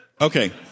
okay